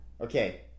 Okay